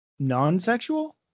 non-sexual